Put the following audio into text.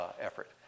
effort